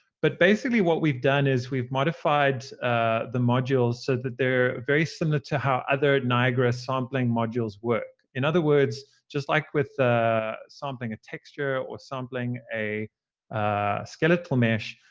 but basically, what we've done is we've modified the modules so that they're very similar to how other niagara sampling modules work. in other words, just like with ah sampling a texture or sampling a skeletal mesh,